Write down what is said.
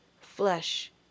flesh